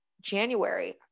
January